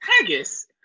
Haggis